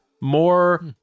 More